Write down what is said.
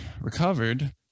recovered